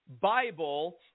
Bible